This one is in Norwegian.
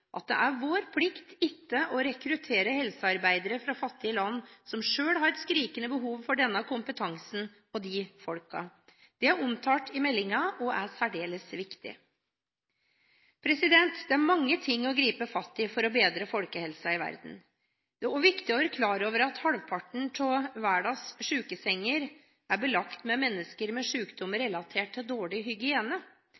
at det er vår plikt ikke å rekruttere helsearbeidere fra fattige land som selv har et skrikende behov for denne kompetansen og disse personene. Dette er omtalt i meldingen og er særdeles viktig. Det er mange ting å gripe fatt i for å bedre folkehelsen i verden. Det er også viktig å være klar over at halvparten av verdens sykesenger er belagt med mennesker med